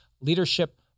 leadership